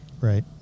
Right